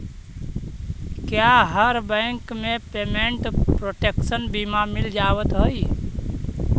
क्या हर बैंक में पेमेंट प्रोटेक्शन बीमा मिल जावत हई